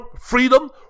freedom